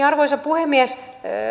arvoisa puhemies